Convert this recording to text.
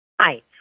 Hi